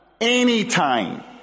Anytime